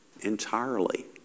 entirely